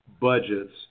budgets